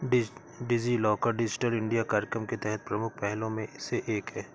DigiLocker digital India कार्यक्रम के तहत प्रमुख पहलों में से एक है